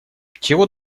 чего